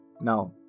Now